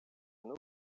вину